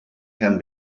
can